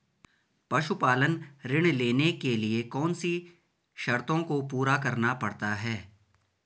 पशुपालन ऋण लेने के लिए कौन सी शर्तों को पूरा करना पड़ता है?